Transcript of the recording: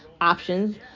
options